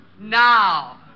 Now